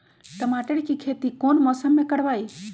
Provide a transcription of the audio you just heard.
टमाटर की खेती कौन मौसम में करवाई?